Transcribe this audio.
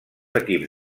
equips